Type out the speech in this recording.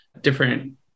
different